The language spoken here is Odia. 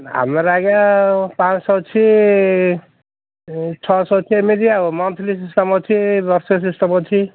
ଆମର ଆଜ୍ଞା ପାଞ୍ଚଶହ ଅଛି ଛଅଶହ ଅଛି ଏମିତି ଆଉ ମନ୍ଥଲି ସିଷ୍ଟମ୍ ଅଛି ବର୍ଷେ ସିଷ୍ଟମ୍ ଅଛି